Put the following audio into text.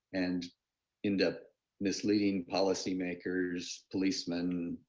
and end up misleading policy makers, policemen,